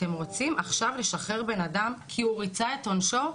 אתם רוצים עכשיו לשחרר אדם כי הוא ריצה את עונשו?